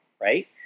right